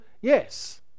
Yes